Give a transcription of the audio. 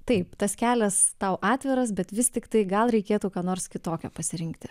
taip tas kelias tau atviras bet vis tiktai gal reikėtų ką nors kitokio pasirinkti